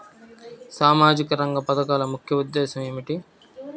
సామాజిక రంగ పథకాల ముఖ్య ఉద్దేశం ఏమిటీ?